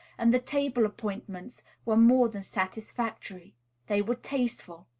and the table appointments were more than satisfactory they were tasteful.